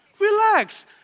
relax